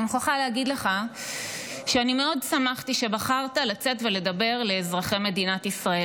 אני מוכרחה להגיד לך ששמחתי מאוד שבחרת לצאת ולדבר לאזרחי מדינת ישראל,